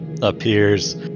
Appears